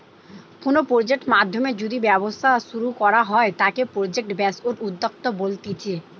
কোনো প্রজেক্ট নাধ্যমে যদি ব্যবসা শুরু করা হয় তাকে প্রজেক্ট বেসড উদ্যোক্তা বলতিছে